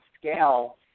scale